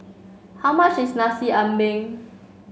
how much is Nasi Ambeng